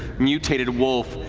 mutated wolf,